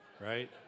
right